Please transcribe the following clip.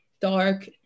dark